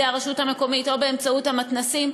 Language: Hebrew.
הרשות המקומית או באמצעות המתנ"סים.